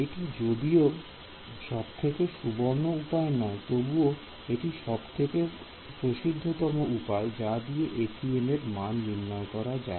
এটি যদিও সব থেকে সুবর্ণ উপায় নয় তবুও এটি সবথেকে প্রসিদ্ধতম উপায় যা দিয়ে FEM এর মান নির্ণয় করা যায়